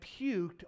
puked